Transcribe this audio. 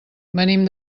venim